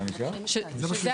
שזה,